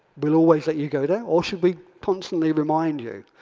we'll always let you go there, or should we constantly remind you?